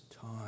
time